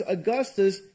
Augustus